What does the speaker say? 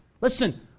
listen